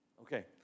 Okay